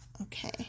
Okay